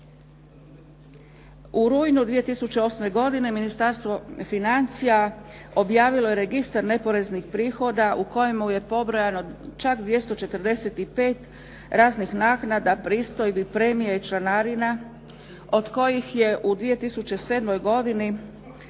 U rujnu 2008. godine Ministarstvo financija objavilo je registar neporeznih prihoda u kojemu je pobrojano čak 245 raznih naknada, pristojbi, premija i članarina od kojih je u 2007. godini